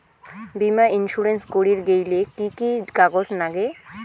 বীমা ইন্সুরেন্স করির গেইলে কি কি কাগজ নাগে?